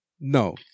No